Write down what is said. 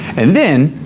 and then,